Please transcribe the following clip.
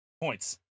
points